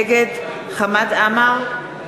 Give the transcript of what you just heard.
נגד חמד עמאר,